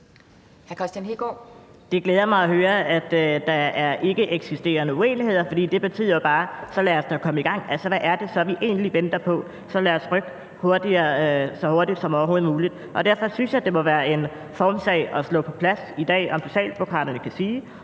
Det glæder mig at høre, at der er ikkeeksisterende uenigheder, for det betyder jo bare: Så lad os da komme i gang. Hvad er det så, vi egentlig venter på? Så lad os rykke så hurtigt som overhovedet muligt. Derfor synes jeg, det må være en formssag at slå fast i dag, om Socialdemokraterne kan sige,